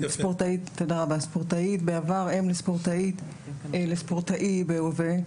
ספורטאית בעבר ואם לספורטאי בהווה.